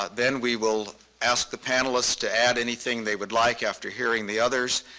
ah then we will ask the panelists to add anything they would like after hearing the others.